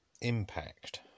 impact